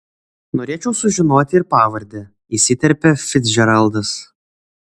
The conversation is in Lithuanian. norėčiau sužinoti ir pavardę įsiterpia ficdžeraldas